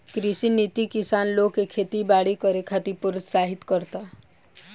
कृषि नीति किसान लोग के खेती बारी करे खातिर प्रोत्साहित करता